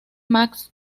max